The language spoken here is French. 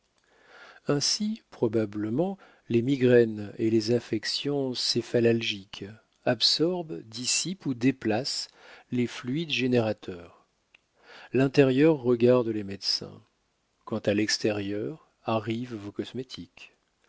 ainsi probablement les migraines et les affections céphalalgiques absorbent dissipent ou déplacent les fluides générateurs l'intérieur regarde les médecins quant à l'extérieur arrivent vos cosmétiques